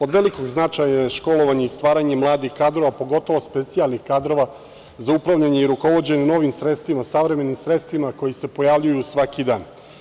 Od velikog je značaja školovanje i stvaranje mladih kadrova, pogotovo specijalnih kadrova za upravljanje i rukovođenje novim sredstvima, savremenim sredstvima koja se pojavljuju svaki dan.